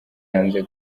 yanze